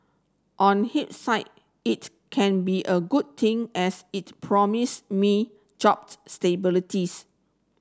on it can be a good thing as it promise me job